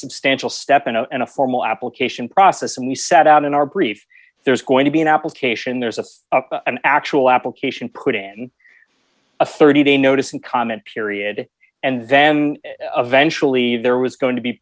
substantial stefano and a formal application process and we set out in our briefs there's going to be an application there's a an actual application put in a thirty day notice and comment period and then eventually there was going to be